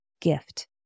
gift